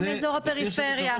הרבה יותר מאשר מאזור הפריפריה.